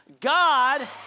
God